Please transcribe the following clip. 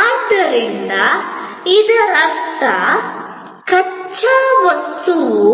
ಆದ್ದರಿಂದ ಇದರರ್ಥ ಕಚ್ಚಾ ವಸ್ತುವು